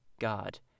God